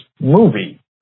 movie